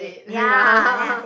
it ya